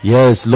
Yes